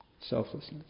selflessness